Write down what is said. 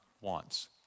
wants